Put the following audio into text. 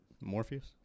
morpheus